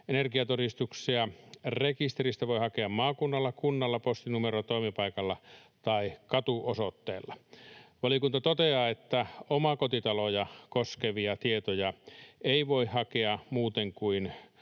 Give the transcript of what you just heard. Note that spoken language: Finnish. Energiatodistuksia rekisteristä voi hakea maakunnalla, kunnalla, postinumerolla tai ‑toimipaikalla tai katuosoitteella. Valiokunta toteaa, että omakotitaloja koskevia tietoja ei voi hakea muuten kuin